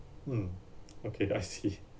mm okay I see